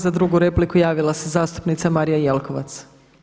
Za drugu repliku javila se zastupnica Marija Jelkovac.